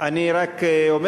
אני רק אומר,